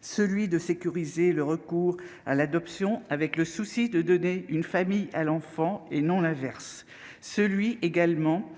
sécuriser le recours à l'adoption, avec le souci de donner une famille à l'enfant, et non l'inverse, renforcer également